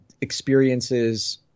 experiences